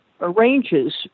arranges